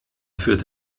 führt